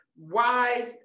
wise